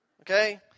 Okay